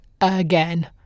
again